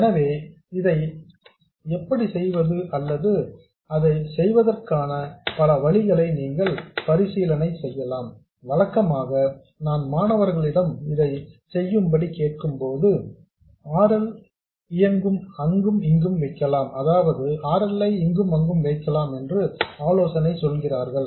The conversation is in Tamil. எனவே இதை எப்படி செய்வது அல்லது அதை செய்வதற்கான பல வழிகளை நீங்கள் பரிசீலனை செய்யலாம் வழக்கமாக நான் மாணவர்களிடம் இதைச் செய்யும்படி கேட்கும் போது R L ஐ இங்கும் அங்கும் வைக்கலாம் என்று ஆலோசனை சொல்கிறார்கள்